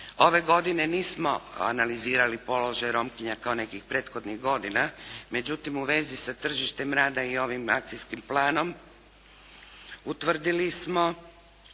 Ove godine nismo analizirali položaj Romkinja kao nekih prethodnih godina, međutim, u vezi sa tržištem rada i ovim akcijskim planom, utvrdili smo